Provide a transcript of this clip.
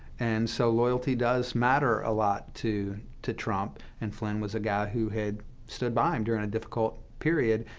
and so loyalty does matter a lot to to trump, and flynn was a guy who had stood by him during a difficult period,